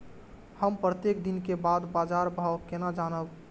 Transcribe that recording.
हम प्रत्येक दिन के बाद बाजार भाव केना जानब?